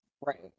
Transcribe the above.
Right